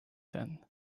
then